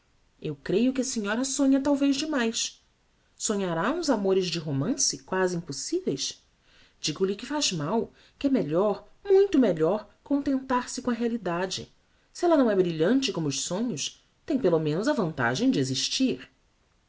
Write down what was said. eu creio que a senhora sonha talvez de mais sonhará uns amores de romance quasi ímpossiveis digo-lhe que faz mal que é melhor muito melhor contentar-se com a realidade se ella não é brilhante como os sonhos tem pelo menos a vantagem de existir